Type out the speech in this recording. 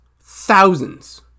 thousands